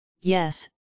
yes